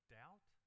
doubt